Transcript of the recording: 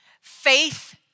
faith